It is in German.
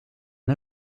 der